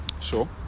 Sure